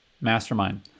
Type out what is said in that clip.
mastermind